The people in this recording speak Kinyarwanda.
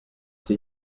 icyo